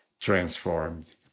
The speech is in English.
transformed